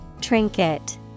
Trinket